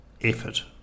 effort